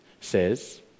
says